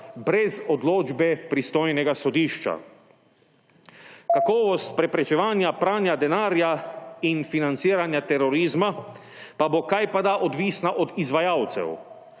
brez odločbe pristojnega sodišča. Kakovost preprečevanja pranja denarja in financiranja terorizma pa bo kajpada odvisna od izvajalcev,